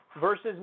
versus